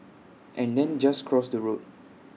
and then just cross the road